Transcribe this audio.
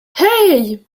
hey